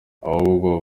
ahubwo